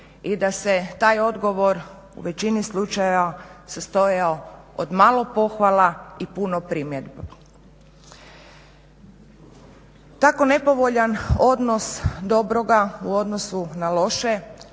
i da se taj odgovor u većini slučajeva sastojao od malo pohvala i puno primjedbi. Tako nepovoljan odnos dobroga u odnosu na loše